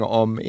om